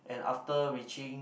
and after reaching